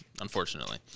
unfortunately